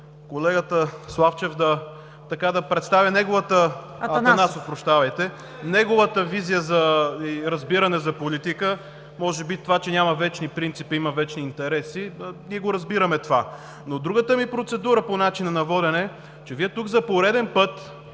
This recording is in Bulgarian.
колегата Атанасов да представи неговата визия и разбиране за политика. Може би това, че няма вечни принципи, има вечни интереси, ние го разбираме това. Другата ми процедура по начина на водене е, че Вие тук за пореден път